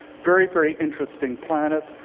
very, very interesting planet.